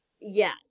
Yes